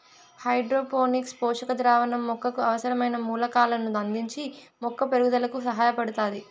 hydroponics పోషక ద్రావణం మొక్కకు అవసరమైన మూలకాలను అందించి మొక్క పెరుగుదలకు సహాయపడుతాది